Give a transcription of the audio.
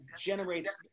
generates